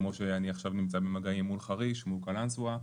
כמו שאני נמצא עכשיו במגעים מול חריש מול קלאנסווה,